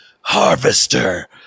Harvester